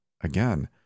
Again